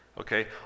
okay